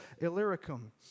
Illyricum